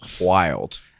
wild